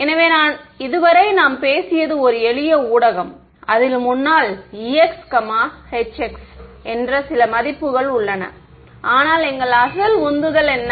எனவே இதுவரை நாம் பேசியது ஒரு எளிய ஒரு ஊடகம் அதில் முன்னாள் ex hx என்ற சில மதிப்புகள் உள்ளன ஆனால் எங்கள் அசல் உந்துதல் என்ன